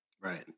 Right